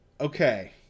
okay